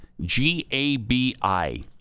G-A-B-I